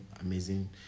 amazing